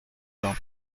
bains